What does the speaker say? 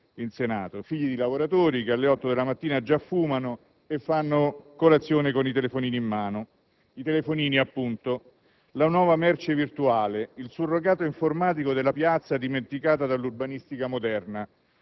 in Senato, figli di lavoratori che alle 8 della mattina già fumano e fanno colazione con i telefonini in mano. I telefonini, la nuova merce virtuale, il surrogato informatico della piazza dimenticata dall'urbanistica moderna,